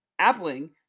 Appling